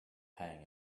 pang